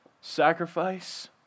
sacrifice